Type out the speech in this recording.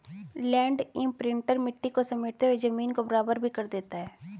land imprinter मिट्टी को समेटते हुए जमीन को बराबर भी कर देता है